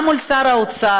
גם מול שר האוצר,